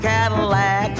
Cadillac